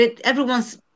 everyone's